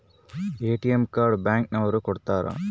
ATM card bank ನವರು ಕೊಡ್ತಾರ